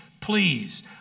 please